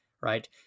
right